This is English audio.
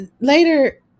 later